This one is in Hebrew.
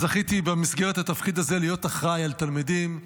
זכיתי במסגרת התפקיד הזה להיות אחראי על תלמידים יהודים,